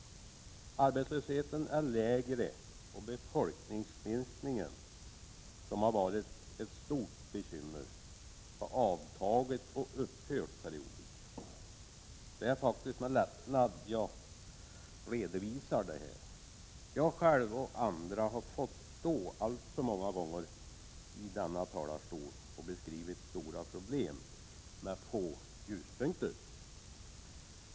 Arbetslösheten är nu lägre än tidigare, och befolkningsminskningen, som har varit ett stort bekymmer, har avtagit och periodvis upphört. Det är faktiskt med lättnad jag redovisar detta. Jag själv och andra har alltför många gånger från denna talarstol fått beskriva ett län med stora problem och få ljuspunkter i utvecklingen.